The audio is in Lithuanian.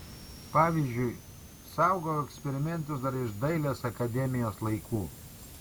pavyzdžiui saugau eksperimentus dar iš dailės akademijos laikų